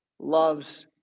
loves